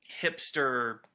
hipster